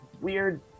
weird